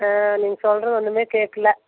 ஆ நீங்கள் சொல்கிறது ஒன்றுமே கேக்கலை